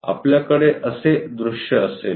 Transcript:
आपल्याकडे असे दृश्य असेल